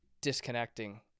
disconnecting